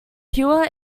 pure